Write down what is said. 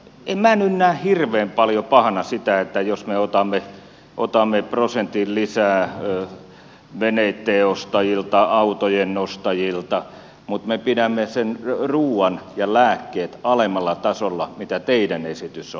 en minä nyt näe hirveän paljon pahana sitä että jos me otamme prosentin lisää veneitten ostajilta autojen ostajilta mutta me pidämme sen ruuan ja lääkkeet alemmalla tasolla kuin teidän esityksenne on